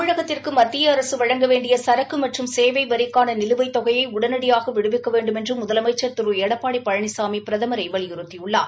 தமிழகத்திற்கு மத்திய அரசு வழங்க வேண்டிய சரக்கு மற்றும் சேவை வரிக்கான நிலுவைத் தொகையை உடனடியாக விடுவிக்க வேண்டுமென்று முதலமைச்ச் திரு எடப்பாடி பழனிசாமி பிரதமரை வலியுறுத்தியுள்ளார்